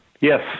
Yes